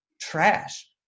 trash